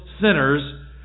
sinners